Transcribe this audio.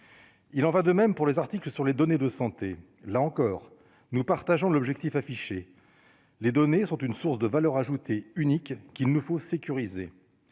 il en va de même pour les articles sur les données de santé, là encore, nous partageons l'objectif affiché, les données sont une source de valeur ajoutée unique qu'il ne faut mais